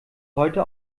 heute